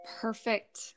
perfect